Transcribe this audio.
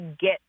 get